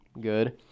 good